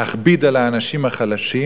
להכביד על האנשים החלשים.